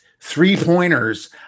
three-pointers